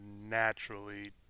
naturally